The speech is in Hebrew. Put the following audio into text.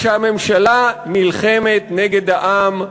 כשהממשלה נלחמת נגד העם,